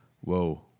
whoa